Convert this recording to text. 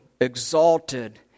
exalted